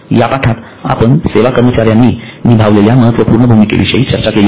या पाठात आपण सेवा कर्मचार्यांनी निभावलेल्या महत्त्वपूर्ण भूमिकेविषयी चर्चा केली आहे